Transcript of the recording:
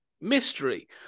mystery